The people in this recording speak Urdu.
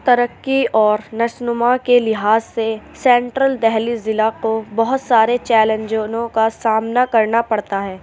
ترقی اور نشو نما کے لحاظ سے سینٹرل دہلی ضلع کو بہت سارے چیلینجوں کا سامنا کرنا پڑتا ہے